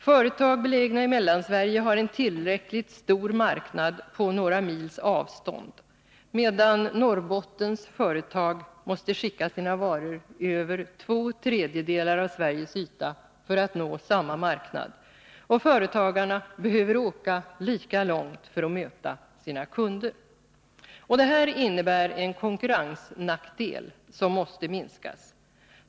Företag belägna i Mellansverige har en tillräckligt stor marknad på några mils avstånd, medan Norrbottens företag måste skicka sina varor över två tredjedelar av Sveriges yta för att nå samma marknad, och företagarna behöver åka lika långt för att möta sina kunder. Det här innebär en konkurrensnackdel som måste minskas.